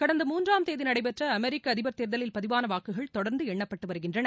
கடந்த மூன்றாம் தேதி நடைபெற்ற அமெரிக்க அதிபர் தேர்தலில் பதிவான வாக்குகள் தொடர்ந்து எண்ணப்பட்டு வருகின்றன